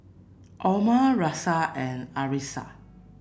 Omar Raisya and Arissa